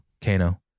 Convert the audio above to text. Kano